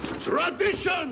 tradition